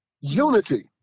Unity